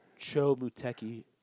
Chomuteki